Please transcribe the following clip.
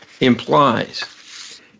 implies